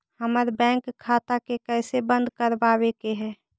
हमर बैंक खाता के कैसे बंद करबाबे के है?